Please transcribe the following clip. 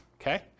okay